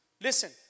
Listen